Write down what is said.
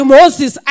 Moses